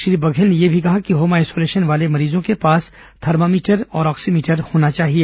श्री बघेल ने यह भी कहा कि होम आईसोलेशन वाले मरीजों के पास थर्मामीटर और ऑक्सीमीटर होना चाहिए